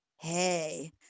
hey